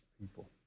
people